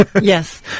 Yes